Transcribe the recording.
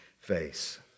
face